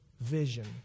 vision